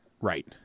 Right